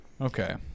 Okay